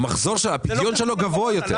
הפדיון שלו גבוה יותר.